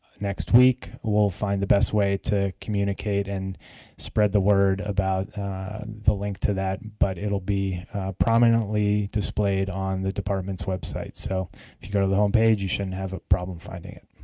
next week. we will find the best way to communicate and spread the word about the link to that, but it will be prominently displayed on the department's website. so if you go to the um page you shouldn't have a problem finding it.